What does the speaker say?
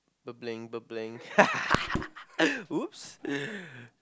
ba bling ba bling !oops!